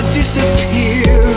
disappear